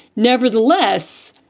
nevertheless,